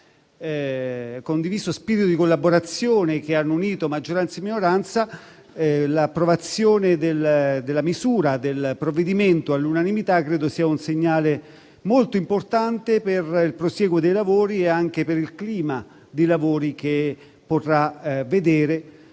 condiviso spirito di collaborazione, che ha unito maggioranza e minoranza, l'approvazione della misura del provvedimento all'unanimità è un segnale molto importante per il prosieguo dei lavori e anche per il clima dei lavori stessi, che potrà vedere